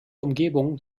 umgebung